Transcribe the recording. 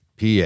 PA